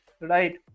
right